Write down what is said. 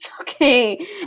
Okay